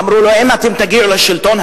אמרו לו: אם אתם תגיעו לשלטון,